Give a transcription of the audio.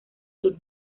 sur